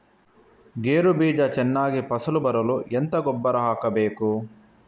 ಗೇರು ಬೀಜ ಚೆನ್ನಾಗಿ ಫಸಲು ಬರಲು ಎಂತ ಗೊಬ್ಬರ ಹಾಕಬೇಕು?